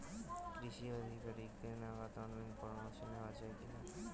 কৃষি আধিকারিকের নগদ অনলাইন পরামর্শ নেওয়া যায় কি না?